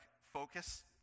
focus